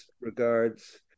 regards